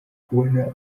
kubona